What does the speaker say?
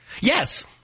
Yes